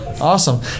Awesome